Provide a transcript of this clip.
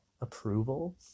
approval